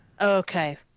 Okay